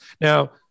Now